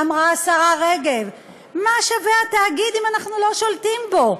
אמרה השרה רגב: מה שווה התאגיד אם אנחנו לא שולטים בו?